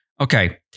okay